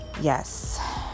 Yes